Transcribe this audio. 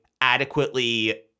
adequately